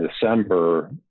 December